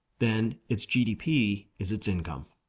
then its gdp is its income.